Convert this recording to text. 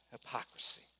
hypocrisy